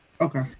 Okay